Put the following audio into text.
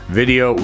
video